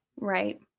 Right